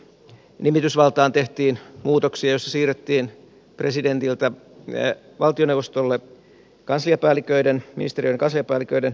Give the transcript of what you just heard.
nimitysvaltaan tehtiin muutoksia joissa siirrettiin presidentiltä valtioneuvostolle ministeriöiden kansliapäälliköiden nimittämiset